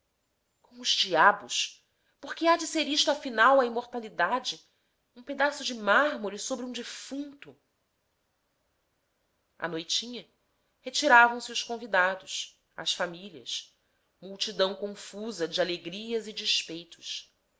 com os diabos por que há de ser isto afinal a imortalidade um pedaço de mármore sobre um defunto à noitinha retiravam-se os convidados as famílias multidão confusa de alegrias e despeitos